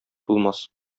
булмас